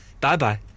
Bye-bye